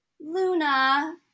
Luna